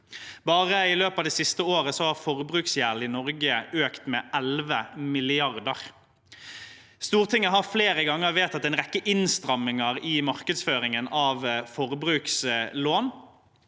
Bare i løpet av det siste året har forbruksgjelden i Norge økt med 11 mrd. kr. Stortinget har flere ganger vedtatt en rekke innstramminger i markedsføringen av forbrukslån.